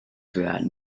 throughout